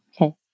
Okay